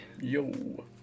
Yo